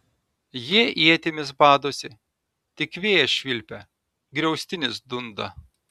jie ietimis badosi tik vėjas švilpia griaustinis dunda